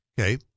Okay